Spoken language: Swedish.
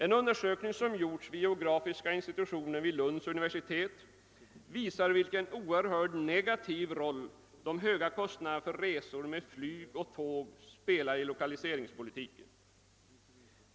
En undersökning som gjorts inom geografiska institutionen vid Lunds universitet visar vilken oerhört negativ roll de höga kostnaderna för resor med flyg och tåg spelar i lokaliseringspolitiken.